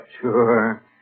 Sure